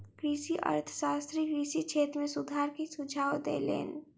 कृषि अर्थशास्त्री कृषि क्षेत्र में सुधार के सुझाव देलैन